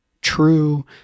true